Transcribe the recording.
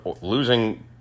losing